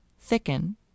thicken